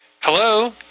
Hello